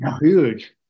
Huge